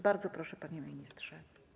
Bardzo proszę, panie ministrze.